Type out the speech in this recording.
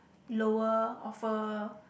lower offer